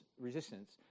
resistance